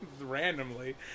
randomly